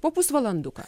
po pusvalanduką